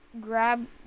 grab